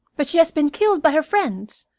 but she has been killed by her friends.